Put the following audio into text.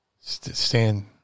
stand